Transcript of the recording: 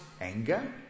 anger